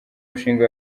mushinga